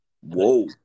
Whoa